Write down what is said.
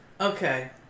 Okay